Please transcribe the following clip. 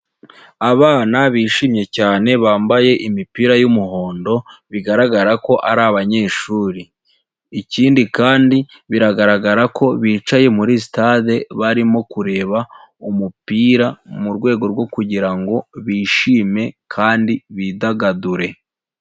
Abana bishimye cyane, bambaye imipira y'umuhondo, bigaragara ko ari abanyeshuri. Ikindi kandi, biragaragara ko bicaye muri Sitade barimo kureba umupira mu rwego rwo kugira ngo bishime kandi bidagadure.